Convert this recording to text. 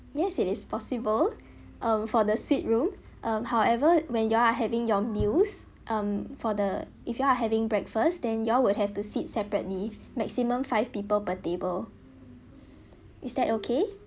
yes it is possible uh for the suite room um however when you all are having your meals um for the if you are having breakfast then you all will have to sit separately maximum five people per table is that okay